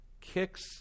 kicks